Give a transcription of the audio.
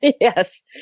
Yes